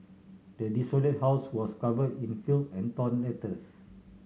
the desolated house was covered in filth and torn letters